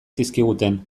zizkiguten